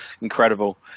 Incredible